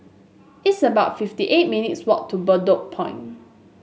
it's about fifty eight minutes' walk to Bedok Point